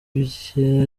bye